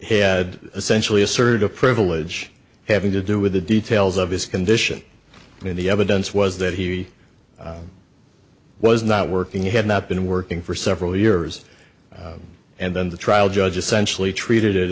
had essentially asserted a privilege having to do with the details of his condition and the evidence was that he was not working had not been working for several years and then the trial judge essentially treated it